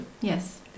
Yes